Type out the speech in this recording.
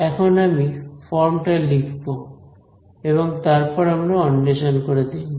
এখন আমি ফর্ম টা লিখব এবং তারপর আমরা অন্বেষণ করে দেখব